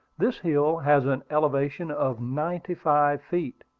this hill has an elevation of ninety-five feet,